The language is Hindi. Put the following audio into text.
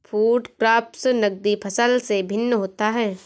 फूड क्रॉप्स नगदी फसल से भिन्न होता है